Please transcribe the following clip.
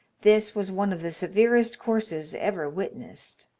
this was one of the severest courses ever witnessed.